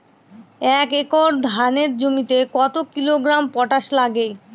এক একর ধানের জমিতে কত কিলোগ্রাম পটাশ লাগে?